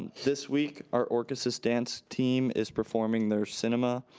this week our orchesis dance team is performing their cinema-themed